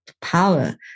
power